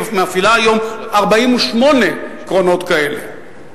היא מפעילה היום 48 קרונות כאלה.